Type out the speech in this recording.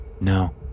No